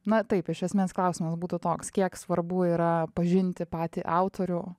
na taip iš esmės klausimas būtų toks kiek svarbu yra pažinti patį autorių